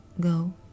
go